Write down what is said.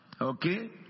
Okay